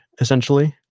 essentially